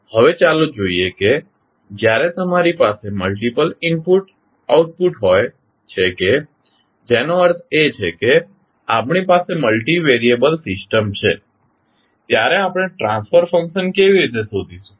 હવે ચાલો જોઈએ કે જ્યારે તમારી પાસે મલ્ટિપલ ઇનપુટ આઉટપુટ હોય છે કે જેનો અર્થ છે કે આપણી પાસે મલ્ટિવેરિયેબલ સિસ્ટમ છે ત્યારે આપણે ટ્રાન્સફર ફંક્શન કેવી રીતે શોધીશું